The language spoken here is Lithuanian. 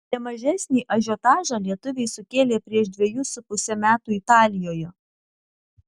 ne mažesnį ažiotažą lietuviai sukėlė prieš dvejus su puse metų italijoje